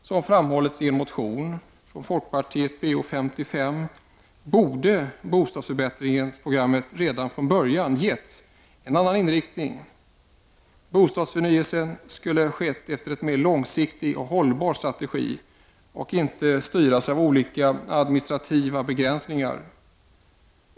Som framhållits i en motion från folkpartiet, Bo55, borde bostadsförbättringsprogrammet redan från början ha givits en annan inriktning. Bostadsförnyelsen skulle ha skett efter en mer långsiktig och hållbar strategi och inte styras av olika administrativa begränsningar.